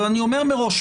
אבל אני אומר מראש,